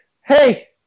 Hey